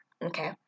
Okay